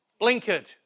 Blinkered